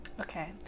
Okay